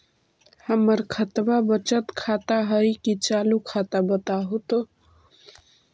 हमर खतबा बचत खाता हइ कि चालु खाता, बताहु तो?